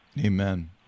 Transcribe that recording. Amen